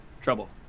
trouble